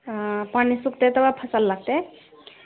हँ पानि सुखतै तबे फसल लगतै